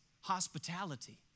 hospitality